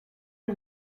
are